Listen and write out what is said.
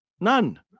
None